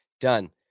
Done